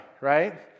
right